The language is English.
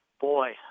Boy